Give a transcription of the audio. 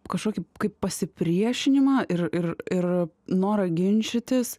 kažkokį kaip pasipriešinimą ir ir ir norą ginčytis